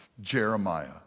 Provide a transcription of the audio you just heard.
Jeremiah